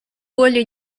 более